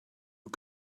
you